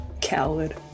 coward